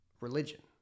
religion